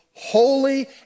holy